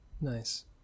Nice